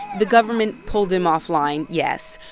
the government pulled him offline, yes.